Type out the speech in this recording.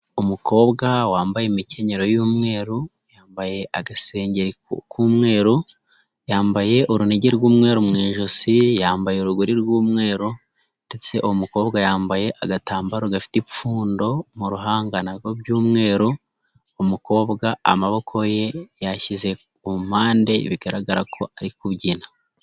Umukobwa wambaye imikenyero y'umweru, yambaye agasengeri k'umweru, yambaye urunigi rw'umweru mu ijosi, yambaye urugori na rwo rw'umweru ndetse uwo mu umukobwa yambaye agatambaro gafite ipfundo mu ruhanga by'umweru umukobwa amaboko ye yashyize ku mpande, bigaragara ko ari kubyina.